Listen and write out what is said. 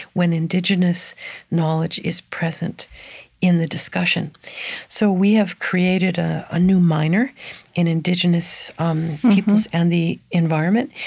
when indigenous knowledge is present in the discussion so we have created a ah new minor in indigenous um peoples and the environment,